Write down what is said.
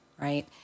Right